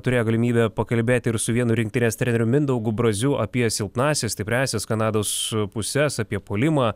turėjo galimybę pakalbėti ir su vienu rinktinės treneriu mindaugu braziu apie silpnąsias stipriąsias kanados puses apie puolimą